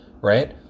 right